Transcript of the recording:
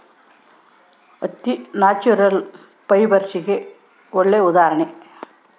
ಹತ್ತಿ ನ್ಯಾಚುರಲ್ ಫೈಬರ್ಸ್ಗೆಗೆ ಒಳ್ಳೆ ಉದಾಹರಣೆ